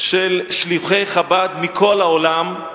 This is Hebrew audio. של שליחי חב"ד מכל העולם.